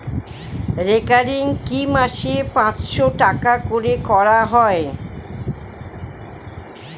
Recurring কি মাসে পাঁচশ টাকা করে করা যায়?